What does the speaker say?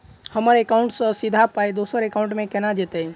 हम्मर एकाउन्ट सँ सीधा पाई दोसर एकाउंट मे केना जेतय?